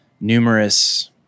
numerous